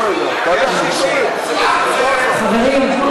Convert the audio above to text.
לא, תחזרי על ההצבעה.